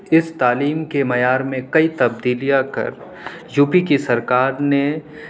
اِس تعلیم کے معیار میں کئی تبدیلیاں کر یو پی کی سرکار نے